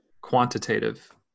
quantitative